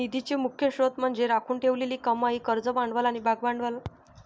निधीचे मुख्य स्त्रोत म्हणजे राखून ठेवलेली कमाई, कर्ज भांडवल आणि भागभांडवल